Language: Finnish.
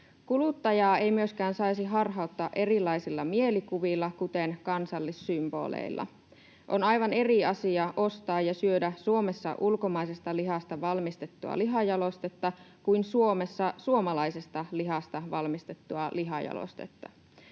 Kuluttajaa ei myöskään saisi harhauttaa erilaisilla mielikuvilla, kuten kansallissymboleilla. On aivan eri asia ostaa ja syödä Suomessa ulkomaisesta lihasta valmistettua lihajalostetta kuin Suomessa suomalaisesta lihasta valmistettua lihajalostetta.